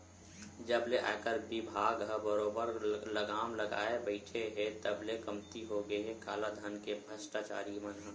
जब ले आयकर बिभाग ह बरोबर लगाम लगाए बइठे हे तब ले कमती होगे हे कालाधन के भस्टाचारी मन ह